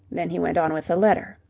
then he went on with the letter.